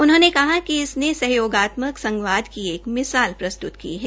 उन्होंने कहा कि इस ने सहयोगात्मक संघवाद का एक मिसाल प्रस्तुत की है